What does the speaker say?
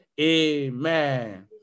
Amen